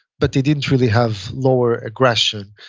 but they didn't really have lower aggression.